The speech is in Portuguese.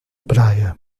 praia